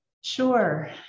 Sure